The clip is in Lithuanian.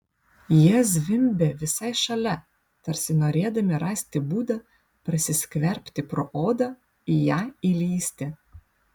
jie zvimbė visai šalia tarsi norėdami rasti būdą prasiskverbti pro odą į ją įlįsti